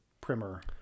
primer